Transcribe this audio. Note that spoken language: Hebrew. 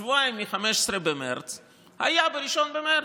שבועיים לפני 15 במרץ היה 1 במרץ.